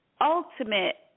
ultimate